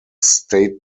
state